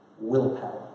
willpower